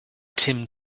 tim